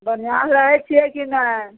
बढ़िआँ रहै छिए कि नहि